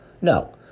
No